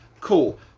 Cool